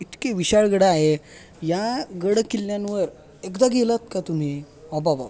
इतकी विशाळगड आहे या गडकिल्ल्यांवर एकदा गेलात का तुम्ही अबाबा बाबा